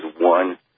one